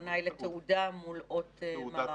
ההבחנה היא בין תעודה לבין אות מערכה.